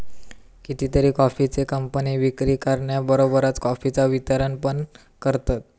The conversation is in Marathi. कितीतरी कॉफीचे कंपने विक्री करण्याबरोबरच कॉफीचा वितरण पण करतत